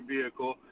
vehicle